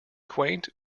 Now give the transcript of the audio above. quaint